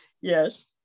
Yes